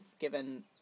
given